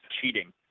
cheating